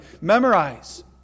memorize